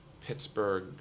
Pittsburgh